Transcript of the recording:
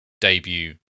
debut